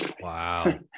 wow